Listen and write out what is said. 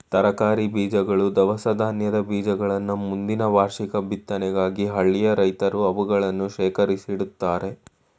ತರಕಾರಿ ಬೀಜಗಳು, ದವಸ ಧಾನ್ಯದ ಬೀಜಗಳನ್ನ ಮುಂದಿನ ವಾರ್ಷಿಕ ಬಿತ್ತನೆಗಾಗಿ ಹಳ್ಳಿಯ ರೈತ್ರು ಅವುಗಳನ್ನು ಶೇಖರಿಸಿಡ್ತರೆ